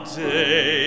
day